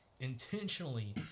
Intentionally